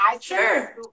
sure